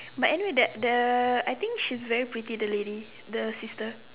but anyway that the I think she's very pretty the lady the sister